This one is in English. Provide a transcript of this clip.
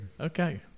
Okay